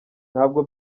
ntabwo